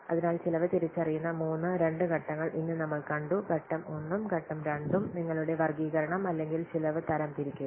അതിനാൽ ചെലവ് തിരിച്ചറിയുന്ന മൂന്ന് രണ്ട് ഘട്ടങ്ങൾ ഇന്ന് നമ്മൾ കണ്ടു ഘട്ടം 1 ഉം ഘട്ടം 2 ഉം നിങ്ങളുടെ വർഗ്ഗീകരണം അല്ലെങ്കിൽ ചെലവ് തരംതിരിക്കുക